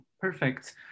Perfect